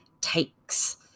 takes